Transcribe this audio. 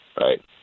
right